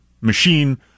machine